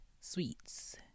sweets